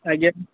ଆଜ୍ଞା